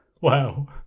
Wow